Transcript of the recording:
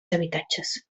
habitatges